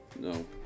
No